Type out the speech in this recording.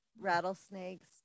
rattlesnakes